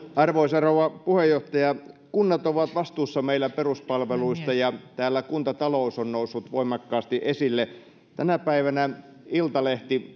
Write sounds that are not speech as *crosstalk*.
arvoisa rouva puheenjohtaja kunnat ovat vastuussa meillä peruspalveluista ja täällä kuntatalous on noussut voimakkaasti esille tänä päivänä iltalehti *unintelligible*